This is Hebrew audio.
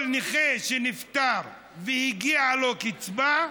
כל נכה שנפטר והגיעה לו קצבה,